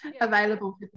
available